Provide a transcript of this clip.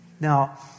Now